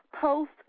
Post